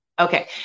Okay